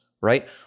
right